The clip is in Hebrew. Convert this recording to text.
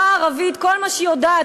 וידידי הרב משה גפני,